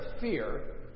fear